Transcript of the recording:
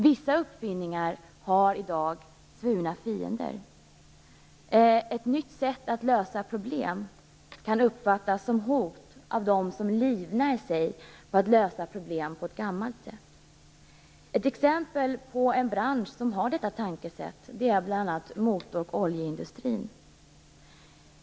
Vissa uppfinningar har i dag svurna fiender. Ett nytt sätt att lösa problem kan uppfattas som hot av dem som livnär sig på att lösa problem på ett gammalt sätt. Ett exempel på en bransch som har detta tänkesätt är motor och oljeindustrin.